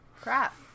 Crap